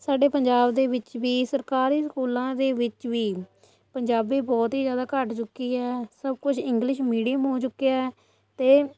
ਸਾਡੇ ਪੰਜਾਬ ਦੇ ਵਿੱਚ ਵੀ ਸਰਕਾਰੀ ਸਕੂਲਾਂ ਦੇ ਵਿੱਚ ਵੀ ਪੰਜਾਬੀ ਬਹੁਤ ਹੀ ਜ਼ਿਆਦਾ ਘੱਟ ਚੁੱਕੀ ਹੈ ਸਭ ਕੁਛ ਇੰਗਲਿਸ਼ ਮੀਡੀਅਮ ਹੋ ਚੁੱਕਿਆ ਹੈ ਅਤੇ